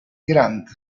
grant